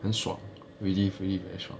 很爽 really really very 爽